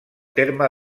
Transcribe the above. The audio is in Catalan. terme